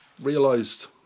realised